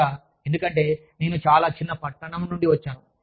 ముఖ్యంగా ఎందుకంటే నేను చాలా చిన్న పట్టణం నుండి వచ్చాను